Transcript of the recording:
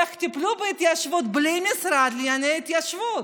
איך טיפלו בהתיישבות בלי משרד לענייני התיישבות?